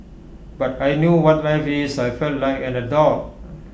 but I knew what life is I felt like an adult